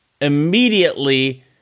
immediately